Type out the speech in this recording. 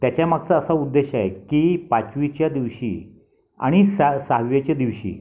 त्याच्या मागचा असा उद्देश आहे की पाचवीच्या दिवशी आणि सा सहाव्याच्या दिवशी